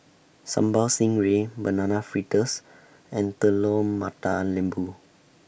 Sambal Stingray Banana Fritters and Telur Mata Lembu